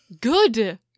Good